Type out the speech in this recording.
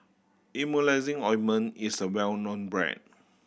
Emulsying Ointment is a well known brand